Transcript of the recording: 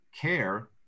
care